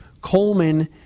Coleman